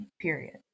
period